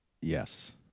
Yes